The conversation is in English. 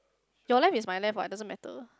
your life is my life what it doesn't matter